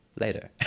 later